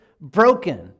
broken